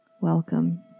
Welcome